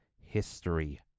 history